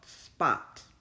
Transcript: spot